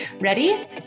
Ready